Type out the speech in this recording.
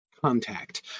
Contact